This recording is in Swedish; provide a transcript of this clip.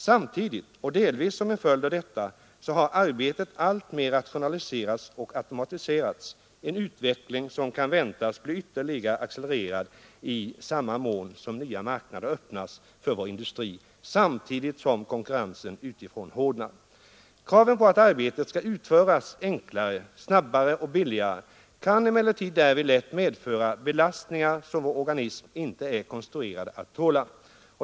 Samtidigt och delvis som en följd av detta har arbetet alltmer rationaliserats och automatiserats, en utveckling som kan väntas bli ytterligare accelererad i samma mån som nya marknader öppnas för vår industri samtidigt som konkurrensen utifrån hårdnar. Kraven på att arbetet skall utföras enklare, snabbare och billigare kan emellertid därvid lätt medföra belastningar som vår organism inte är konstruerad att tåla.